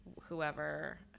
whoever